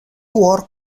worked